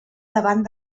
davant